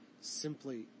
simply